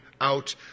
out